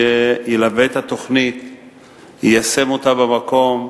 שילווה את התוכנית, יישם אותה במקום,